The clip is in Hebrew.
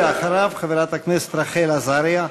אחריו, חברת הכנסת רחל עזריה.